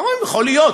לפעמים זה יכול להיות,